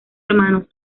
hermanos